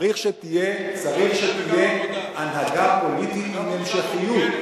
צריך שתהיה הנהגה פוליטית עם המשכיות,